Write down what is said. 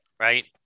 Right